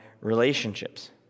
relationships